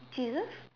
Jesus